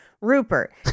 Rupert